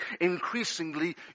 increasingly